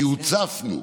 כי הוצפנו.